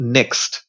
Next